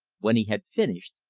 when he had finished,